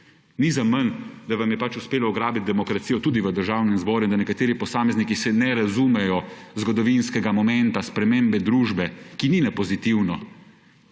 Ni zaman, da vam je pač uspelo ugrabiti demokracijo tudi v Državnem zboru, in da nekateri posamezniki se ne razumejo zgodovinskega momenta spremembe družbe, ki ni ne pozitivno,